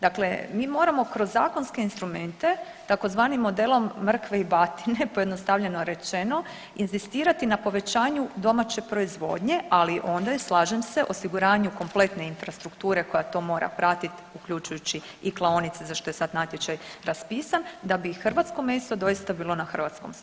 Dakle, mi moramo kroz zakonske instrumente tzv. modelom mrkve i batine pojednostavljeno rečeno inzistirati na povećanju domaće proizvodnje, ali onda je slažem se osiguranju kompletne infrastrukture koja to mora pratit uključujući i klaonice za što je sad natječaj raspisan da bi hrvatsko meso doista bilo na hrvatskom stolu.